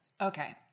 Okay